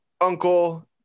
uncle –